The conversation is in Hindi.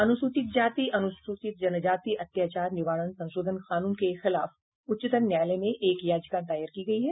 अनुसूचित जाति अनुसूचित जनजाति अत्याचार निवारण संशोधन कानून के खिलाफ उच्चतम न्यायालय में एक याचिका दायर की गयी है